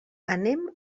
anem